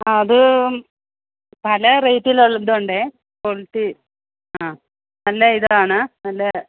ആ അത് പല റേറ്റിലുള്ള ഇത് ഉണ്ട് ക്വാളിറ്റി അ നല്ല ഇതാണ് നല്ല